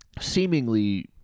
seemingly